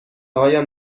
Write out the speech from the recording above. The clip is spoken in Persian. هایم